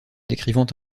décrivant